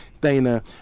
Dana